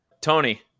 Tony